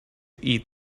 eat